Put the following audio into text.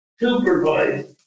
supervised